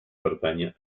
pertànyer